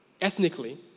ethnically